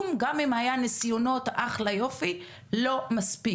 גם אם היו נסיונות, בפועל לא מספיק.